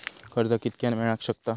कर्ज कितक्या मेलाक शकता?